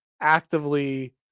actively